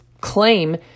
claim